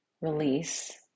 release